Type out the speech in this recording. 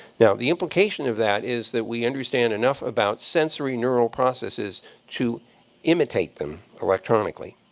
now, the implication of that is that we understand enough about sensorineural processes to imitate them electronically.